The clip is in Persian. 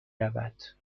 رود